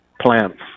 plants